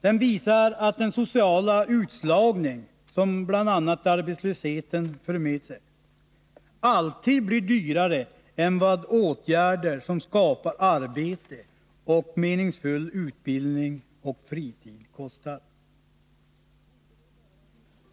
Den visar att den sociala utslagning som bl.a. arbetslösheten för med sig alltid blir dyrare än vad åtgärder som skapar arbete och meningsfull utbildning och fritid kostar.